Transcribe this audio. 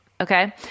Okay